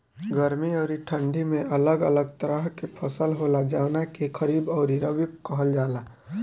गर्मी अउरी ठंडी में अलग अलग तरह के फसल होला, जवना के खरीफ अउरी रबी कहल जला